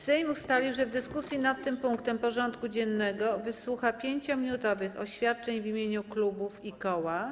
Sejm ustalił, że w dyskusji nad tym punktem porządku dziennego wysłucha 5-minutowych oświadczeń w imieniu klubów i koła.